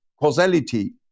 causality